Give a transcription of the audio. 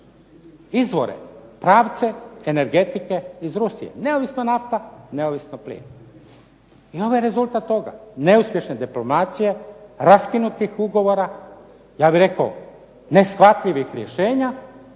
izvore, pravce energetike iz Rusije, neovisno nafta, neovisno plin. I ovo je rezultat toga, neuspješne diplomacije, raskinutih ugovora, ja bih rekao neshvatljivih rješenja,